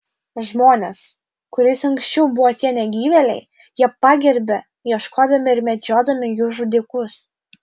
žmones kuriais anksčiau buvo tie negyvėliai jie pagerbia ieškodami ir medžiodami jų žudikus